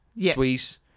sweet